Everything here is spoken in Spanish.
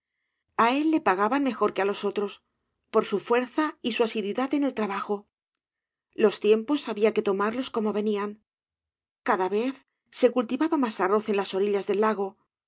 a él le pagaban mejor que á los otros por su fuerza y su asiduidad en el trabajo los tiempos había que tomarlos como venían cada vez se cultivaba más arroz en las orillas del lago